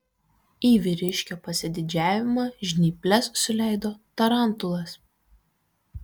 į vyriškio pasididžiavimą žnyples suleido tarantulas